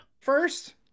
First